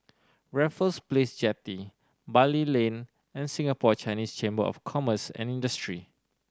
Raffles Place Jetty Bali Lane and Singapore Chinese Chamber of Commerce and Industry